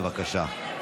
בבקשה.